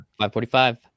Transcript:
545